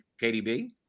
KDB